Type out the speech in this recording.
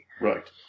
Right